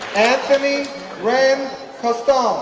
anthony rene coston